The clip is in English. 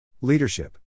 Leadership